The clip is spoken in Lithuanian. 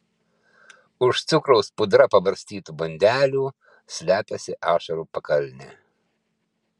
už cukraus pudra pabarstytų bandelių slepiasi ašarų pakalnė